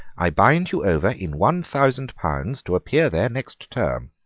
i bind you over in one thousand pounds to appear there next term.